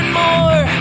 more